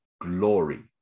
glory